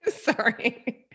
sorry